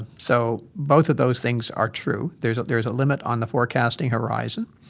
so both of those things are true. there's there's a limit on the forecasting horizon.